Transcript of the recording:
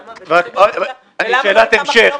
שאלת המשך.